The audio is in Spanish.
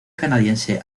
canadiense